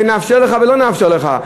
ונאפשר לך או לא נאפשר לך.